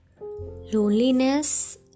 Loneliness